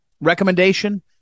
recommendation